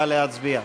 נא להצביע.